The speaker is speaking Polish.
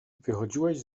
wychodziłeś